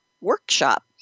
Workshop